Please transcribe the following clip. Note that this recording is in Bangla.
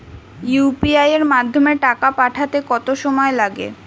ইউ.পি.আই এর মাধ্যমে টাকা পাঠাতে কত সময় লাগে?